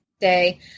day